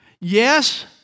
Yes